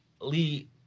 lee